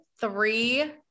three